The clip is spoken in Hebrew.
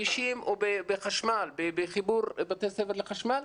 בכבישים ובחיבור בתי ספר לחשמל,